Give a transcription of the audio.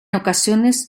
ocasiones